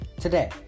Today